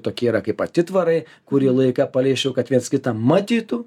tokie yra kaip atitvarai kurį laiką paleisčiau kad viens kitą matytų